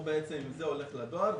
הוא בעצם עם זה הולך לדואר.